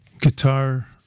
guitar